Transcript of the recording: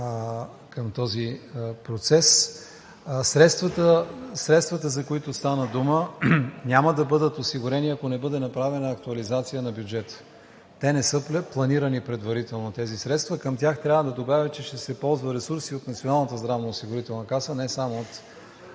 към този процес. Средствата, за които стана дума, няма да бъдат осигурени, ако не бъде направена актуализация на бюджета. Те не са планирани предварително тези средства. Към тях трябва да добавя, че ще се ползва ресурс и от Националната здравноосигурителна каса – не само от